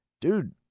Dude